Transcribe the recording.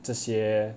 这些